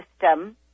system